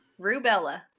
Rubella